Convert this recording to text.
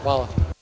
Hvala.